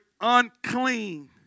unclean